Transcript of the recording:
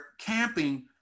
camping